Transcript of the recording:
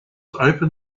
open